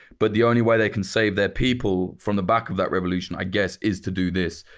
but the only way they can save their people from the back of that revolution, i guess, is to do this.